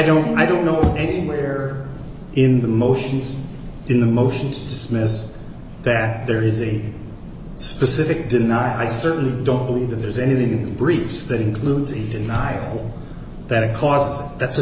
don't i don't know anywhere in the motions in the motions to dismiss that there is a specific denial i certainly don't believe that there's anything in briefs that includes a denial that because that's a